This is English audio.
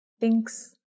thinks